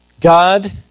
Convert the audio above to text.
God